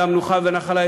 אל המנוחה והנחלה,